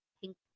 pink